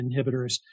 inhibitors